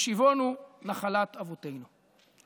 השיבונו את נחלת אבותינו".